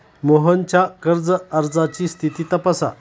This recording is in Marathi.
मोहनच्या कर्ज अर्जाची स्थिती तपासा